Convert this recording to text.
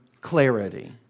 clarity